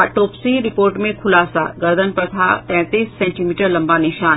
autopsy report में खुलासा गर्दन पर था तैंतीस सेंटीमीटर लंबा निशान